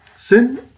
Sin